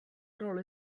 roli